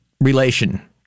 relation